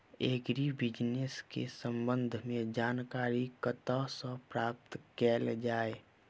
Agri business केँ संबंध मे जानकारी कतह सऽ प्राप्त कैल जाए?